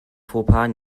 fauxpas